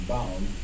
Bound